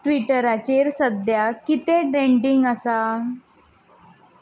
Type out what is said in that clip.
ट्विटराचेर सद्या कितें ड्रेंडींग आसा